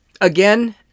again